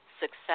success